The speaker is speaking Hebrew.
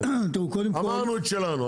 אמרנו את שלנו.